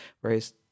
Whereas